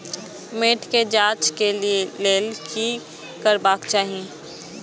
मैट के जांच के लेल कि करबाक चाही?